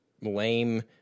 lame